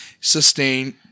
sustain